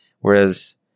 Whereas